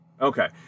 Okay